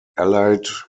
allied